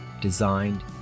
designed